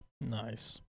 Nice